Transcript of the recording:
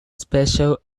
special